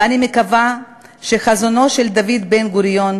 ואני מקווה שחזונו של דוד בן-גוריון